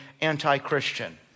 anti-Christian